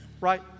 Right